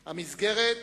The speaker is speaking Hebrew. המסגרת,